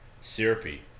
Syrupy